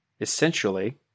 essentially